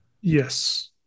Yes